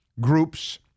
groups